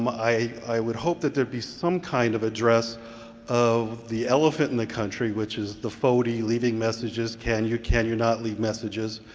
i would hope that there be some kind of address of the elephant in the country, which is the foti leaving messages, can you, can you not leave messages.